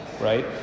right